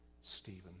Stephen